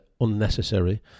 unnecessary